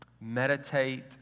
meditate